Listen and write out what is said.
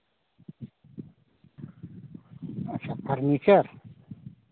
अच्छा फर्नीचर